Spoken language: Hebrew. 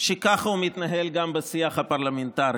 שככה הוא מתנהל גם בשיח הפרלמנטרי: